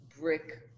brick